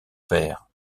père